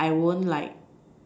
I won't like